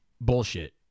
bullshit